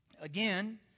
Again